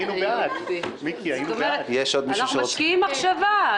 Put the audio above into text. אנחנו משקיעים מחשבה,